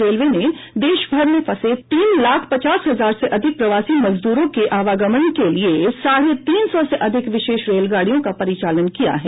railway ने देशभर में फंसे तीन लाख पचास हजार से अधिक प्रवासी मजदूरों के आवागमन के लिए साढ़े तीन सौ से अधिक विशेष रेलगाड़ियों का परिचालन किया है